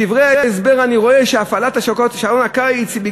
בדברי ההסבר אני רואה שהפעלת שעון הקיץ היא כי